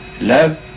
love